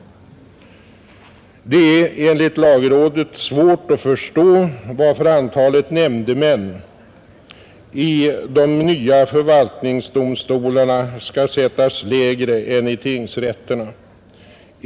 Det är enligt lagrådet ”svårt att förstå varför antalet nämndemän i de nya förvaltningsdomstolarna skall sättas lägre än i tingsrätterna.